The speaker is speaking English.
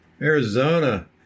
Arizona